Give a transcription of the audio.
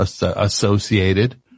associated